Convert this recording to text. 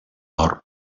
nord